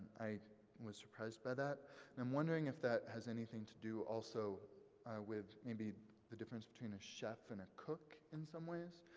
i was surprised by that. and i'm wondering if that has anything to do also with maybe the difference between a chef and a cook in some ways,